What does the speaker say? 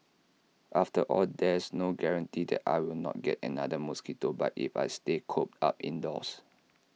after all there's no guarantee that I will not get another mosquito bite if I stay cooped up indoors